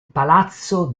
palazzo